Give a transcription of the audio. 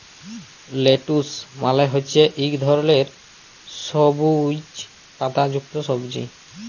lettuce মালে হছে ইক ধরলের সবুইজ পাতা যুক্ত সবজি